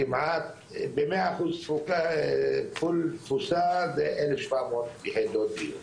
כמעט ב- 100% תפוסה, 1,700 יחידות דיור.